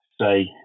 say